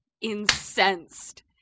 incensed